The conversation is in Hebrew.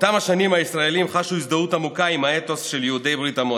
באותן שנים הישראלים חשו הזדהות עמוקה עם האתוס של יהודי ברית המועצות,